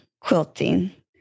quilting